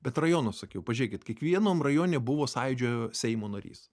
bet rajonus sakiau pažiūrėkit kiekvienam rajone buvo sąjūdžio seimo narys